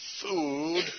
food